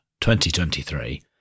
2023